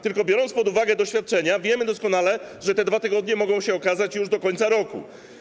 Tylko biorąc pod uwagę doświadczenia, wiemy doskonale, że te 2 tygodnie mogą się okazać już do końca roku.